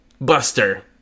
Buster